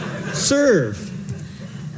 serve